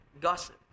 gossip